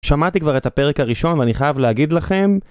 שמעתי כבר את הפרק הראשון ואני חייב להגיד לכם...